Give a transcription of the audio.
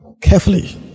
Carefully